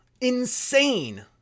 insane